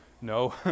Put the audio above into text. No